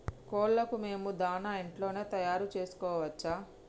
కోళ్లకు మేము దాణా ఇంట్లోనే తయారు చేసుకోవచ్చా?